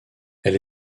elle